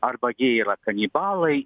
arba jie yra kanibalai